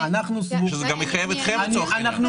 שזה גם מחייב אתכם לצורך העניין.